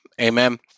Amen